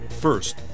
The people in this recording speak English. First